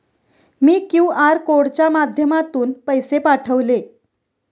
मी QR कोडच्या माध्यमातून पैसे पाठवले